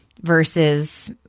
versus –